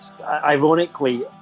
ironically